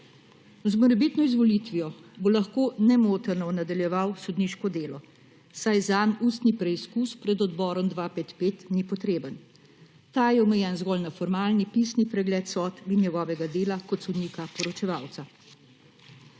Z morebitno izvolitvijo bo lahko nemoteno nadaljeval sodniško delo, saj zanj ustni preizkus pred odborom 255 ni potreben. Ta je omejen zgolj na formalni pisni pregled sodb in njegovega dela kot sodnika poročevalca.